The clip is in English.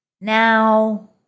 Now